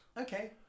Okay